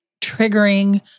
triggering